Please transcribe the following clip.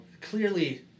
Clearly